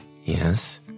Yes